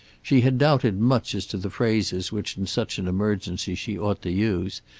she had doubted much as to the phrases which in such an emergency she ought to use,